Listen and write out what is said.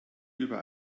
über